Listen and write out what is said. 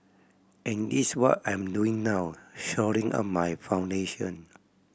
and this what I'm doing now shoring up my foundation